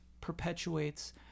perpetuates